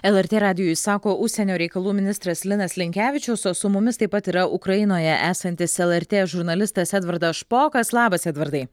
lrt radijui sako užsienio reikalų ministras linas linkevičius o su mumis taip pat yra ukrainoje esantis lrt žurnalistas edvardas špokas labas edvardai